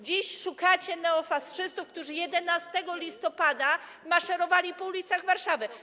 Dziś szukacie neofaszystów, którzy 11 listopada maszerowali po ulicach Warszawy.